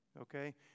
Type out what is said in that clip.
okay